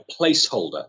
placeholder